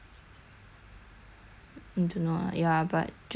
I don't know ah ya but 就是 like like that lor then